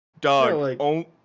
Dog